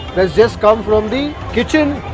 that's just come from the kitchen.